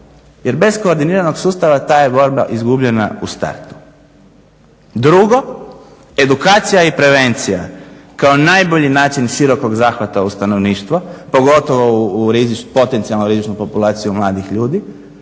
jer bez koordiniranog sustava ta je borba izgubljena u startu. Drugo, edukacija i prevencija kao najbolji način širokog zahvata u stanovništvo, pogotovo u potencijalno rizičnu populaciju mladih ljudi.